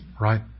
right